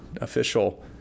official